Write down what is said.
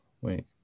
wait